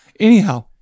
Anyhow